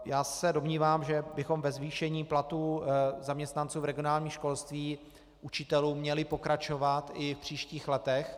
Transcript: Já se domnívám, že bychom ve zvýšení platů zaměstnanců v regionálním školství, učitelům, měli pokračovat i v příštích letech.